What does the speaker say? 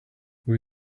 will